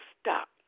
stop